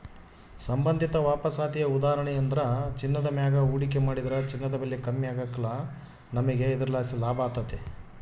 ಸಂಬಂಧಿತ ವಾಪಸಾತಿಯ ಉದಾಹರಣೆಯೆಂದ್ರ ಚಿನ್ನದ ಮ್ಯಾಗ ಹೂಡಿಕೆ ಮಾಡಿದ್ರ ಚಿನ್ನದ ಬೆಲೆ ಕಮ್ಮಿ ಆಗ್ಕಲ್ಲ, ನಮಿಗೆ ಇದರ್ಲಾಸಿ ಲಾಭತತೆ